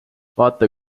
vaata